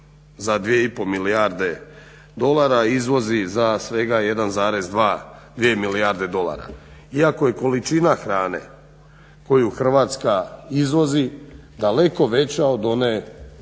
za 2,5 milijarde dolara, izvozi za svega 1,2 milijarde dolara. Iako je količina hrane koju Hrvatska izvozi daleko veća od one